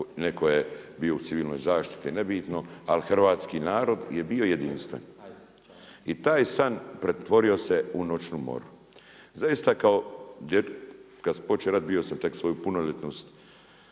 neko je bio u civilnoj zaštiti nebitno, ali hrvatski narod je bio jedinstven. I taj san pretvorio se u noćnu moru. Zaista kada je počeo rat bio sam tek svoju punoljetnost